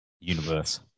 universe